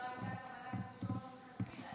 זו הייתה כוונת המשורר מלכתחילה,